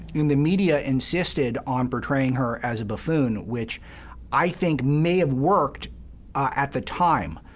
and the media insisted on portraying her as a buffoon, which i think may have worked at the time.